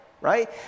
right